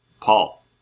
Paul